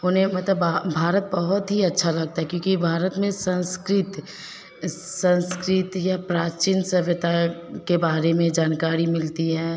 उन्हें मतलब बाहर भारत बहुत ही अच्छा लगता है क्योंकि भारत में संस्कृत संस्कृति या प्राचीन सभ्यता के बारे में जानकारी मिलती है